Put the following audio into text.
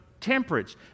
temperance